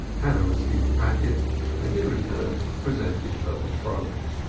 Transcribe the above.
hannah received the packet and in return presented her betrothed.